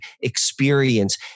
experience